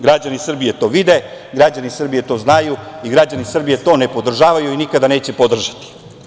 Građani Srbije to vide, građani Srbije to znaju i građani Srbije to ne podržavaju i nikada neće podržati.